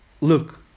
look